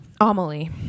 amelie